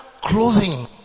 clothing